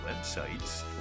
websites